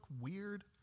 weird